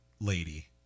lady